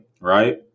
right